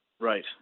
Right